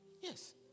Yes